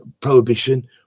Prohibition